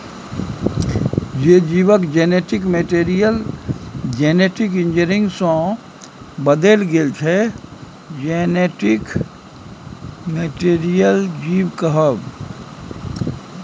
जे जीबक genetic material genetic engineering सँ बदलि गेल छै जेनेटिक मोडीफाइड जीब कहाइ छै